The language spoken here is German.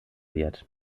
wird